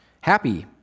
happy